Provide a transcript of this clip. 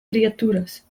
criatures